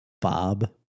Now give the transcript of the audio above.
Bob